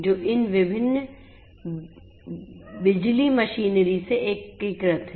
जो इन विभिन्न बिजली मशीनरी से एकीकृत हैं